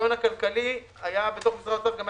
ההיגיון הכלכלי היה במשרד האוצר היו